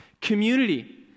community